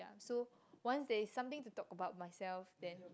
so once there is something to talk about myself then